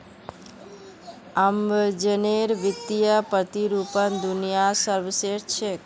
अमेज़नेर वित्तीय प्रतिरूपण दुनियात सर्वश्रेष्ठ छेक